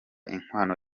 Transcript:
inkwano